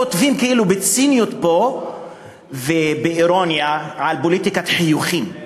כותבים בציניות ובאירוניה פה על פוליטיקת חיוכים.